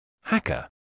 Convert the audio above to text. Hacker